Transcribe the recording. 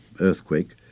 earthquake